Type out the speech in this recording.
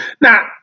Now